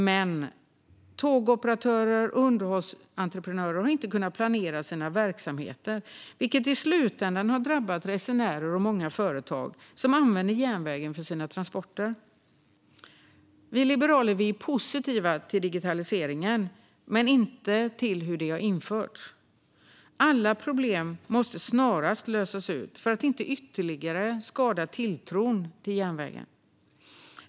Men tågoperatörer och underhållsentreprenörer har inte kunnat planera sina verksamheter, vilket i slutändan har drabbat resenärer och många företag som använder järnvägen för sina transporter. Vi liberaler är positiva till digitaliseringen, men inte till hur detta har införts. Alla problem måste snarast lösas för att inte tilltron till järnvägen ytterligare ska skadas.